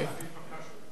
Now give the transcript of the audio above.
עוד לא התבקשת,